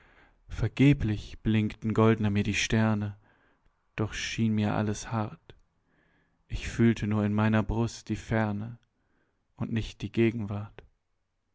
vergeblich blinkten goldner mir die sterne doch schien mir alles hart ich fühlte nur in meiner brust die ferne und nicht die gegenwart